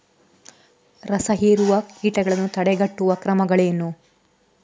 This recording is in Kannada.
ರಸಹೀರುವ ಕೀಟಗಳನ್ನು ತಡೆಗಟ್ಟುವ ಕ್ರಮಗಳೇನು?